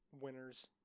winners